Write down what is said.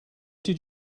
did